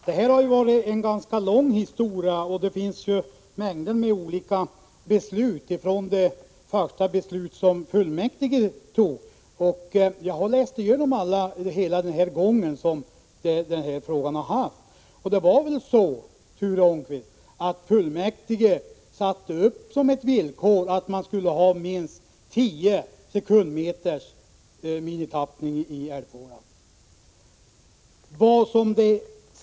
Herr talman! Det har varit en ganska lång historia, och det finns mängder av olika beslut ifrån det allra första beslutet som fullmäktige tog. Jag har följt hela den här gången som denna fråga har haft. Det var väl så, Ture Ångqvist, att fullmäktige satte upp som ett villkor att man skulle ha minst tio sekundmeters minimitappning i älvfåran?